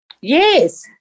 Yes